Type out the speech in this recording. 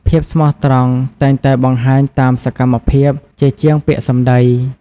ភាពស្មោះត្រង់តែងតែបង្ហាញតាមសកម្មភាព ជាជាងពាក្យសម្ដី។